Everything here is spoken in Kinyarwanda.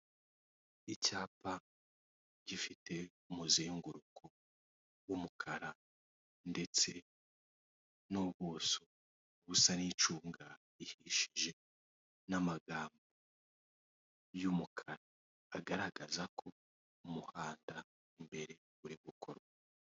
Icyapa gifite umuzenguruko w'umukara ndetse n'ubuso busa n'icunga rihishije n'amagambo y'umukara agaragaza ko umuhanda imbere uri gukorwa.